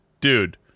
dude